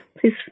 please